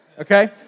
Okay